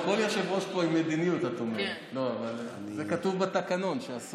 כל יושב-ראש פה עם מדיניות, את אומרת.